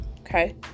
okay